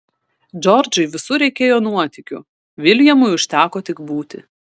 džordžui visur reikėjo nuotykių viljamui užteko tik būti